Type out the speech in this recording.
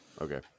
Okay